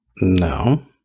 No